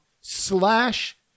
slash